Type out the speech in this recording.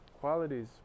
qualities